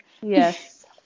Yes